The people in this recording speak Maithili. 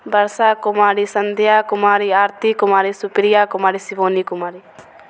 वर्षा कुमारी संध्या कुमारी आरती कुमारी सुप्रिया कुमारी शिवानी कुमारी